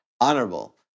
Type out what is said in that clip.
Honorable